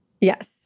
Yes